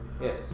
Yes